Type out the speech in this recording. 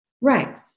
right